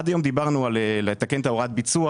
עד היום דיברנו לתקן את הוראות הביצוע